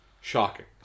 shocking